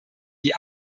die